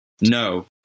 No